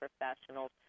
Professionals